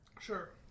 Sure